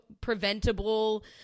preventable